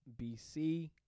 BC